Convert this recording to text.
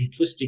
simplistic